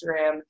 Instagram